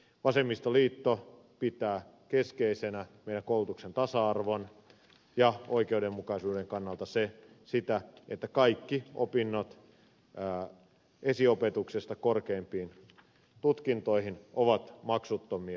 vasemmistoliitto pitää keskeisenä meidän koulutuksemme tasa arvon ja oikeudenmukaisuuden kannalta sitä että kaikki opinnot esiopetuksesta korkeimpiin tutkintoihin ovat maksuttomia